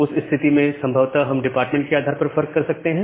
उस स्थिति में संभवत हम डिपार्टमेंट के आधार पर फर्क कर सकते हैं